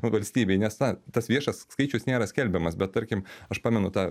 valstybei nes na tas viešas skaičius nėra skelbiamas bet tarkim aš pamenu tą